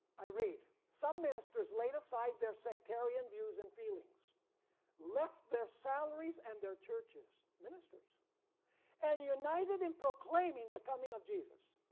i read. some ministers laid aside their sectarian views and feelings left their salaries, and their churches, and united in proclaiming the coming of jesus.